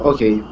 Okay